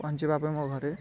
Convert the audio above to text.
ପହଞ୍ଚିବା ପାଇଁ ମୋ ଘରେ